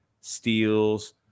steals